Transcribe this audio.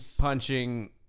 punching